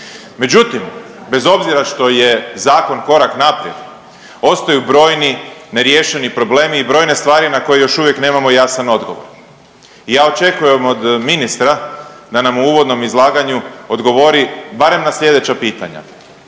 Međutim, bez obzira što je zakon korak naprijed ostaju brojni neriješeni problemi i brojne stvari ne koje još uvijek nemamo jasan odgovor i ja očekujem od ministra da nam u uvodnom izlaganju odgovori barem na slijedeća pitanja.